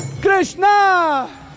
Krishna